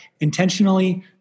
intentionally